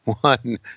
one